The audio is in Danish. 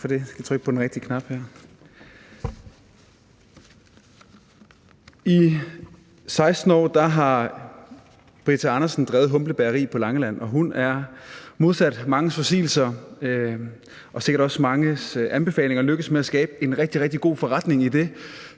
I 16 år har Britta Andersen drevet Humble Bageri på Langeland, og hun er modsat manges forudsigelser og sikkert også manges anbefalinger lykkedes med at skabe en rigtig, rigtig god forretning i det,